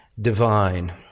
divine